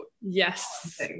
Yes